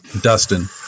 dustin